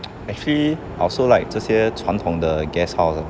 actually I also like 这些传统的 guest house